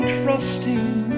trusting